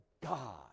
God